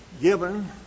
given